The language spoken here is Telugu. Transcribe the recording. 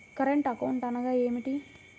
కరెంట్ అకౌంట్ అనగా ఏమిటి?